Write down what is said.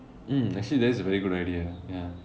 mm actually that's a very good idea ya